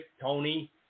Tony